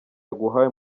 yaguhaye